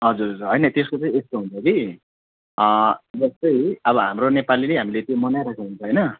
हजुर होइन त्यसको चाहिँ यस्तो हुन्छ कि अँ जस्तै अब हाम्रो नेपालीले हामीले त्यो मनाइरहेको हुन्छ होइन